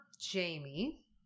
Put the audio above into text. Jamie